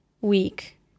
week